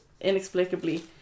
inexplicably